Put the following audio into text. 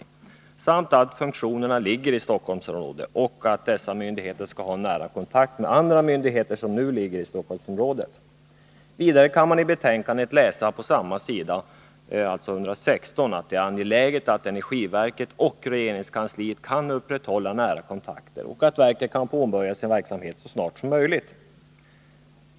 Han påpekar vidare att alla de funktioner som föreslås ingå i de nya myndigheterna nu ligger i Stockholmsområdet och att dessa myndigheter får mycket nära kontakt med andra myndigheter vilka samtliga finns i Stockholm. På samma sida i betänkandet kan man läsa att det är angeläget att energiverket och regeringskansliet kan upprätthålla nära kontakter och att verket kan påbörja sin verksamhet så snart som möjligt.